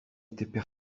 étaient